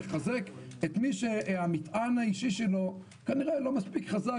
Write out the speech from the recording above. לחזק את מי שהמטען האישי שלו כנראה לא מספיק חזק